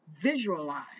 visualize